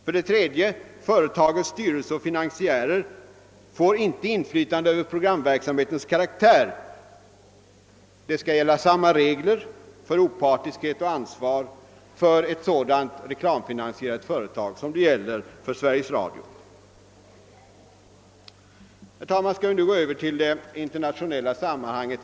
För det tredje får inte företagets styrelse och finansiärer ha något inflytande över programverksamhetens karaktär. Samma regler för opartiskhet och ansvar skall gälla för ett reklamfinansierat företag som gäller för Sveriges Radio. Jag skall nu gå över till de internationella sammanhangen.